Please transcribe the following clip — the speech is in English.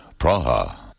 Praha